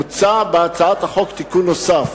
מוצע בהצעת החוק תיקון נוסף,